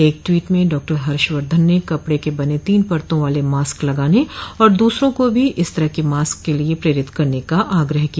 एक टवीट में डॉक्टर हर्षवर्घन ने कपड़े के बने तीन परतों वाले मास्क लगाने और दूसरों को भी इसी तरह के मास्क के लिये प्रेरित करने का आग्रह किया